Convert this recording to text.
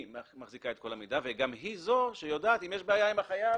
היא מחזיקה את כל המידע וגם היא זו שיודעת אם יש בעיה עם החייב,